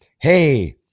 Hey